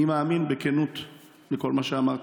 אני מאמין בכנות לכל מה שאמרת.